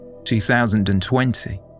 2020